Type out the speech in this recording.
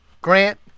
Grant